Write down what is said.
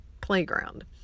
Playground